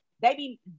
baby